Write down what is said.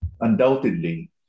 Undoubtedly